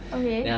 okay